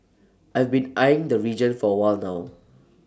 I've been eyeing the region for A while now